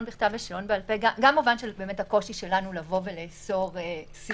בכתב לבין שאלון בעל-פה גם במובן של הקושי שלנו לאסור שיח.